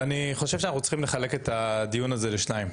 אני חושב שאנחנו צריכים לחלק את הדיון הזה לשניים.